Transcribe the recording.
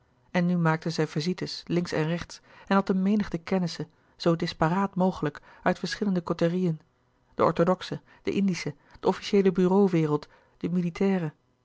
en nu maakte zij visite's links en rechts en had een menigte kennissen zoo disparaat mogelijk uit verschillende côterieën de orthodoxe de indische de officieele bureau wereld de militaire